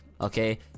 Okay